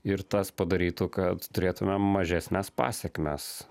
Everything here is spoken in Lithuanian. ir tas padarytų kad turėtumėm mažesnes pasekmes